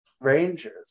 rangers